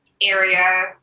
area